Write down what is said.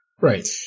Right